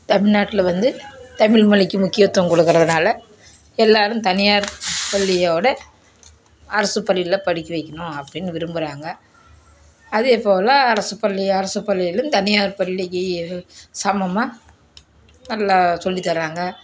தமிழ்நாட்டில் வந்து தமிழ் மொழிக்கு முக்கியத்துவம் கொடுக்குறதுனால எல்லோரும் தனியார் பள்ளியோட அரசுப் பள்ளியில் படிக்க வைக்கணும் அப்படின்னு விரும்புகிறாங்க அதுவும் இப்போது உள்ள அரசுப் பள்ளி அரசுப் பள்ளிலும் தனியார் பள்ளிக்குச் சமமாக நல்லா சொல்லித்தராங்க